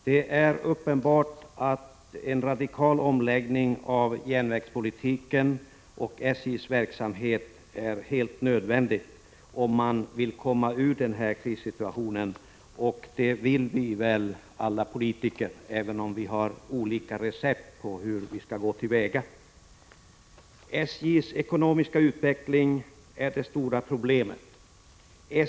Det är uppenbart att en radikal omläggning av järnvägspolitiken och SJ:s verksamhet är helt nödvändig för att komma ur krissituationen. Det vill väl alla vi politiker, även om vi har olika recept på hur det skall gå till. SJ:s ekonomiska utveckling är det stora problemet.